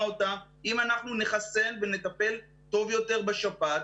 אותם אם אנחנו נחסן ונטפל טוב יותר בשפעת,